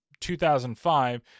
2005